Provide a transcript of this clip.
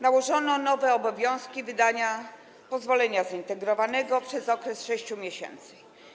Nałożono nowe obowiązki dotyczące wydania pozwolenia zintegrowanego przez okres 6 miesięcy.